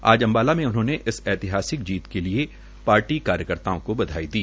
आज अम्बाला में उन्होंने इस ऐतिहासिक जीत के पार्टी कार्यकर्ताओं को बधाई दी